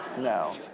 no,